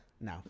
no